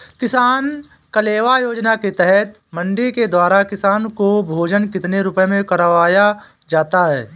किसान कलेवा योजना के तहत मंडी के द्वारा किसान को भोजन कितने रुपए में करवाया जाता है?